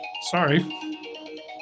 sorry